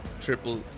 Triple